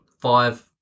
five